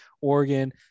Oregon